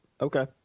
Okay